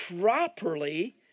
properly